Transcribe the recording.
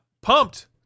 pumped